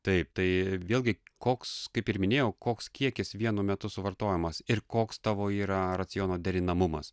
taip tai vėlgi koks kaip ir minėjau koks kiekis vienu metu suvartojamas ir koks tavo yra raciono derinamumas